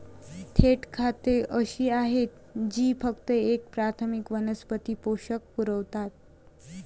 थेट खते अशी आहेत जी फक्त एक प्राथमिक वनस्पती पोषक पुरवतात